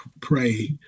pray